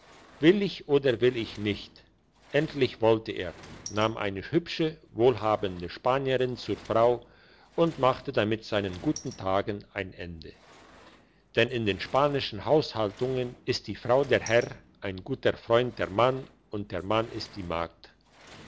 will ich oder will ich nicht endlich wollte er nahm eine hübsche wohlhabende spanierin zur frau und machte damit seinen guten tagen ein ende denn in den spanischen haushaltungen ist die frau der herr ein guter freund der mann und der mann ist die magd